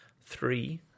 three